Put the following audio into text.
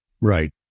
right